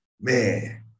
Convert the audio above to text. man